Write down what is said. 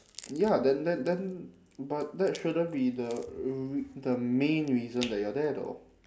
ya then then then but that shouldn't be the r~ the main reason that you're there though